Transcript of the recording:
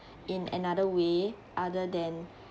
in another way other than